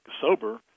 sober